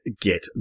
get